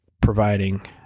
providing